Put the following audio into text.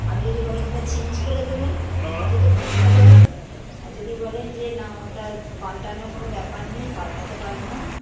আপনি যদি বলেন ওটা চেঞ্জ করে দেবেন তাহলে তো খুব ভালো হয় আর যদি বলেন যে না ওটার পাল্টানোর কোন ব্যাপার নেই পাল্টাতে পারব না